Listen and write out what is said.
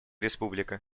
республика